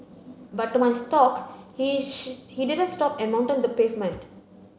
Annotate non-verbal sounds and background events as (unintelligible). but to my stock he (unintelligible) he didn't stop and mounted the pavement